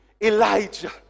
Elijah